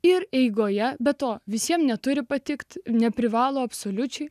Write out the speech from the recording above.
ir eigoje be to visiems neturi patikti neprivalo absoliučiai